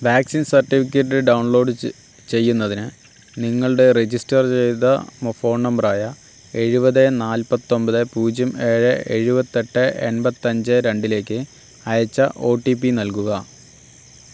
vaccine certificate download ചെ ചെയ്യുന്നതിന് നിങ്ങളുടെ റജിസ്റ്റർ ചെയ്ത മൊ ഫോൺ നമ്പർ ആയ എഴുപത് നാൽപത്തിയൊൻപത് പൂജ്യം ഏഴ് ഏഴുപത്തിയെട്ട് എൺപത്തിയഞ്ച് രണ്ടിലേക്ക് അയച്ച ഒ ടി പി നൽകുക